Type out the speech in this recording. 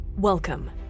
Welcome